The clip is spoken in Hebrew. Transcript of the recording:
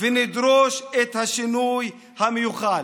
ונדרוש את השינוי המיוחל.